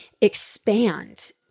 expand